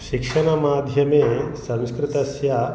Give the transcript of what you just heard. शिक्षणमाध्यमे संस्कृतस्य